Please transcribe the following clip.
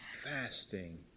fasting